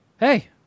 Hey